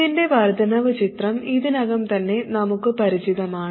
ഇതിൻറെ വർദ്ധനവ് ചിത്രം ഇതിനകം തന്നെ നമുക്ക് പരിചിതമാണ്